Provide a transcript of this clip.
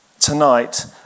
tonight